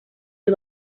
you